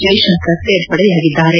ಜೈಶಂಕರ್ ಸೇರ್ಪಡೆಯಾಗಿದ್ದಾರೆ